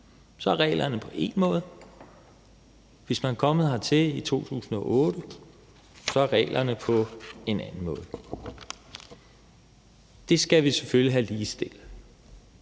er reglerne på én måde; hvis man er kommet hertil i 2008, er reglerne på en anden måde. Det skal vi selvfølgelig have ligestillet.